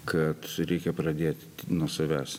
kad reikia pradėt nuo savęs